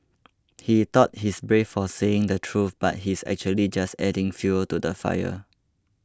he thought he's brave for saying the truth but he's actually just adding fuel to the fire